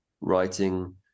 writing